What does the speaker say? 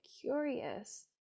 curious